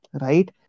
right